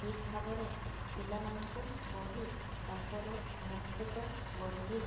ଠିକଭାବରେ ପିଲାମାନଙ୍କୁ ଗଢ଼ି ତାଙ୍କର ଭବିଷ୍ୟତ ଗଢ଼ିବି